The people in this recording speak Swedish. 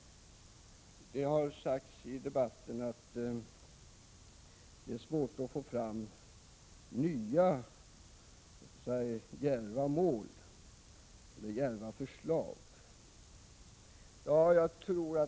Det har sagts i debatten att det är svårt att få fram nya djärva mål eller förslag.